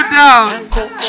down